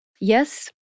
yes